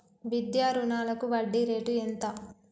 విద్యా రుణాలకు వడ్డీ రేటు ఎంత?